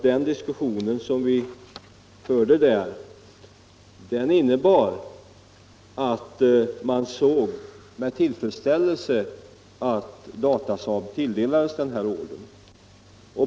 Den diskussion som vi förde där innebar ändå att man med tillfredsställelse såg att Datasaab tilldelades denna order.